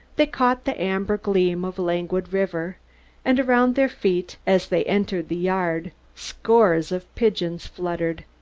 they caught the amber gleam of a languid river and around their feet, as they entered the yard, scores of pigeons fluttered.